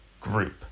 group